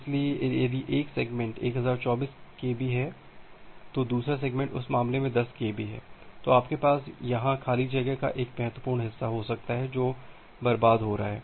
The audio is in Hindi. इसलिए यदि एक सेगमेंट 1024 kb है तो दूसरा सेगमेंट उस मामले में 10 kb है तो आपके पास यहां खाली जगह का एक महत्वपूर्ण हिस्सा हो सकता है जो बर्बाद हो रहा है